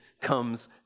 comes